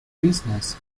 business